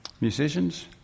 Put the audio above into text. Musicians